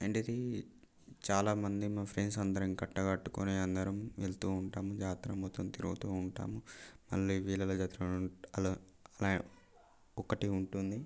ఏంటది చాలామంది మా ఫ్రెండ్స్ అందరం కట్టకట్టుకొని అందరం వెళ్తూ ఉంటాం జాతరమొత్తం తిరుగుతూ ఉంటాం మళ్ళీ వీళ్ళ దగ్గర ఒకటి ఉంటుంది